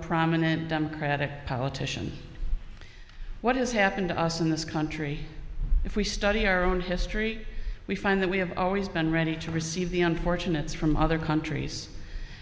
prominent democratic politician what has happened to us in this country if we study our own history we find that we have always been ready to receive the unfortunates from other countries